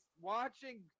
watching